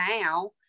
now